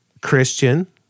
Christian